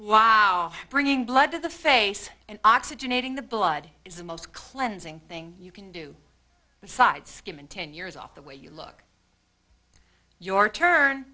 thanks bringing blood to the face and oxygenating the blood is the most cleansing thing you can do besides skim and ten years off the way you look your turn